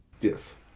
yes